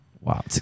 Wow